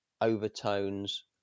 overtones